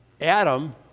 Adam